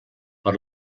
per